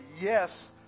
yes